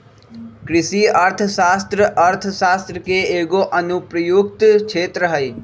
कृषि अर्थशास्त्र अर्थशास्त्र के एगो अनुप्रयुक्त क्षेत्र हइ